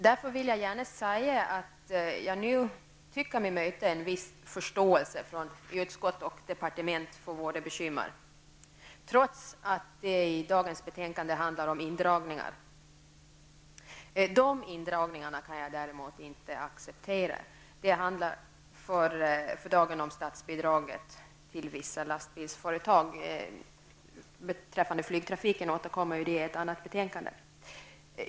Därför vill jag gärna säga att jag nu tycker mig möta en viss förståelse från utskott och departement för våra bekymmer, trots att det i dagens betänkande handlar om indragningar. De indragningarna kan jag däremot inte acceptera. Det handlar för dagen om statsbidraget till vissa lastbilsföretag. Flygtrafiken återkommer vi till i samband med ett annat betänkande.